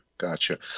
Gotcha